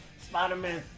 Spider-Man